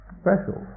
special